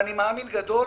ואני מאמין גדול,